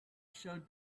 showed